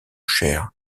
cher